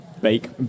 bake